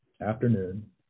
afternoon